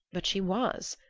but she was.